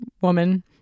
woman